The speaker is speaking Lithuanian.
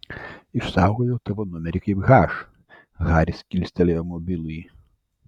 išsaugojau tavo numerį kaip h haris kilstelėjo mobilųjį